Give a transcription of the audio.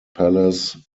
palace